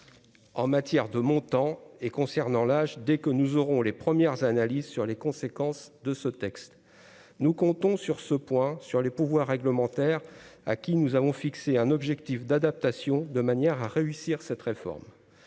en matière de montant et concernant l'âge dès que nous aurons les premières analyses sur les conséquences de ce texte, nous comptons sur ce point sur les pouvoirs réglementaires à qui nous avons fixé un objectif d'adaptation, de manière à réussir cette réforme